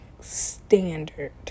standard